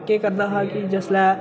केह् करदा हा कि जिसलै